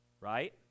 Right